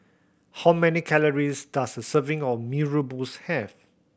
how many calories does a serving of Mee Rebus have